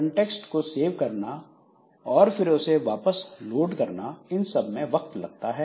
context को save करना और फिर उसे वापस लोड करना इस सब में वक्त लगता है